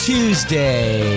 Tuesday